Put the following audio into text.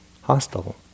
hostile